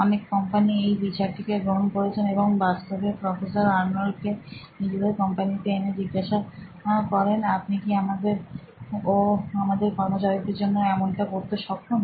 অনেক কোম্পানি এই বিচার টিকে গ্রহণ করেছেন এবং বাস্তবে প্রফেসর আর্নল্ড কে নিজেদের কোম্পানিতে এনে জিজ্ঞাসা করেন আপনি কি আমাদের ও আমাদের কর্মচারীদের জন্য এমনটা করতে সক্ষম